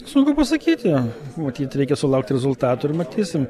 sunku pasakyti matyt reikia sulaukti rezultatų ir matysim